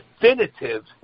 definitive